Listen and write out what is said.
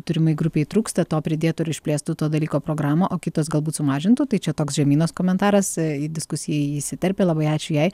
turimai grupei trūksta to pridėtų ir išplėstų to dalyko programą o kitos galbūt sumažintų tai čia toks žemynos komentaras į diskusiją įsiterpė labai ačiū jai